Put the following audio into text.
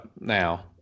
now